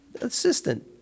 assistant